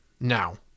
Now